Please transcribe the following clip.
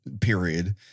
period